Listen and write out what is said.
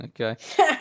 Okay